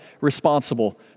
responsible